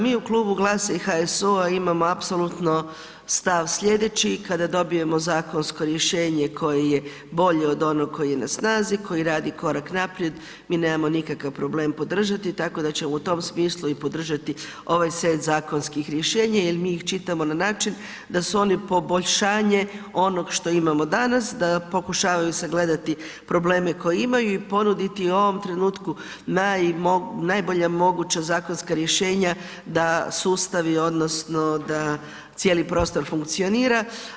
Mi u klubu GLAS-a i HSU-a imamo apsolutno stav sljedeće i kada dobijemo zakonsko rješenje koje je bolje od onog koji je na snazi, koji radi korak naprijed mi nemamo nikakav problem podržati tako da ćemo i u tom smislu i podržati ovaj set zakonskih rješenja jer mi ih čitamo na način da su oni poboljšanje onog što imamo danas, da pokušavaju sagledati probleme koje imaju i ponuditi u ovom trenutku najbolja moguća zakonska rješenja da sustavi odnosno da cijeli prostor funkcionira.